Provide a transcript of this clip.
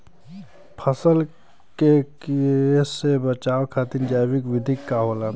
फसल के कियेसे बचाव खातिन जैविक विधि का होखेला?